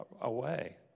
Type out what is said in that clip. away